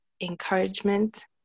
encouragement